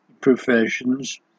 professions